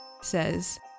Says